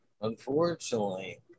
unfortunately